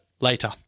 later